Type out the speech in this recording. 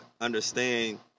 understand